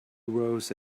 rose